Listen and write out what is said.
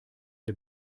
der